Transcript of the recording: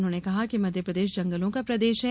उन्होंने कहा कि मध्य प्रदेश जंगलों का प्रदेश है